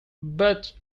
but